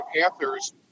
Panthers